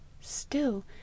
Still